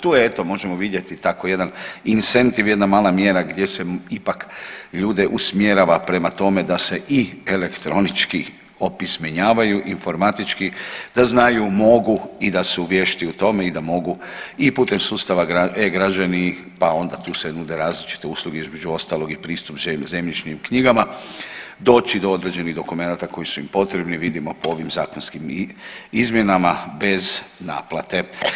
Tu eto možemo vidjeti tako jedan … jedna mala mjera gdje se ipak ljude usmjerava prema tome da se i elektronički opismenjavaju, informatički da znaju, mogu i da su vješti u tome i da mogu i putem sustava e-Građani pa onda tu se nude različite usluge, između ostalog i pristup zemljišnim knjigama, doći do određenih dokumenata koji su im potrebni, vidimo po ovim zakonskim izmjenama bez naplate.